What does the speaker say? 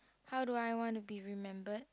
how do I want to be remembered